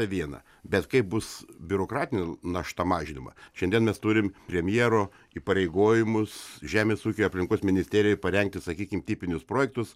viena bet kaip bus biurokratinė našta mažinama šiandien mes turim premjero įpareigojimus žemės ūkiui aplinkos ministerijai parengti sakykim tipinius projektus